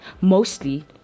Mostly